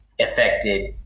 affected